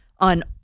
on